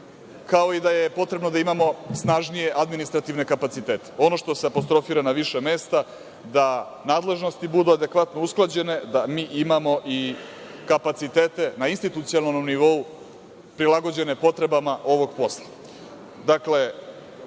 kao i da je potrebno da imamo snažnije administrativne kapacitete. Ono što se apostrofira na više mesta, da nadležnosti budu adekvatno usklađene, da mi imamo i kapacitete na institucionalnom nivou prilagođene potrebama ovog posla. Dakle,